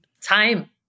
Time